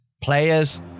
Players